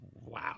Wow